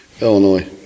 Illinois